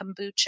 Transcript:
kombucha